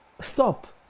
Stop